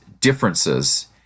differences